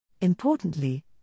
Importantly